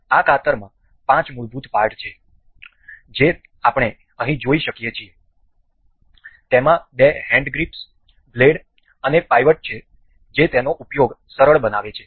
આ કાતરમાં પાંચ મૂળભૂત પાર્ટ છે જે આપણે અહીં જોઈ શકીએ છીએ તેમાં બે હેન્ડગ્રીપ્સ બ્લેડ અને પાઇવટ છે જે તેનો ઉપયોગ સરળ બનાવે છે